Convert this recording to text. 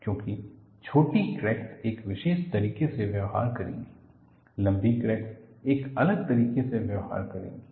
क्योंकि छोटी क्रैक्स एक विशेष तरीके से व्यवहार करेंगी लंबी क्रैक्स एक अलग तरीके से व्यवहार करेंगी